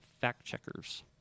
fact-checkers